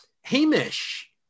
Hamish